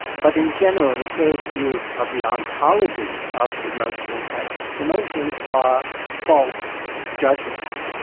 but in general, the stoic view of the ontology of emotion is that emotions are false judgments.